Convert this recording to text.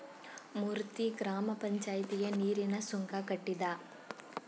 ಮೂರ್ತಿ ಗ್ರಾಮ ಪಂಚಾಯಿತಿಗೆ ನೀರಿನ ಸುಂಕ ಕಟ್ಟಿದ